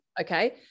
Okay